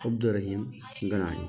Abdul Rahim Ghanai